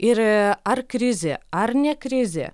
ir ar krizė ar ne krizė